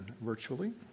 virtually